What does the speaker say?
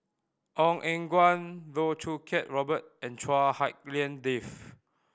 Ong Eng Guan Loh Choo Kiat Robert and Chua Hak Lien Dave